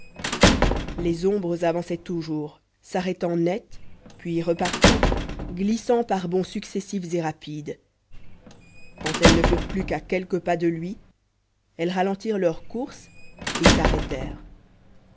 les ombres avançaient toujours s'arrêtant net puis repartant glissant par bonds successifs et rapides quand elles ne furent plus qu'à quelques pas de lui elles ralentirent leur course et